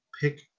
Pick